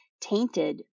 tainted